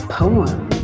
poem